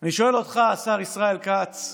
אני שואל אותך, השר ישראל כץ,